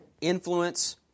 Influence